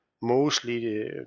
mostly